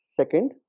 Second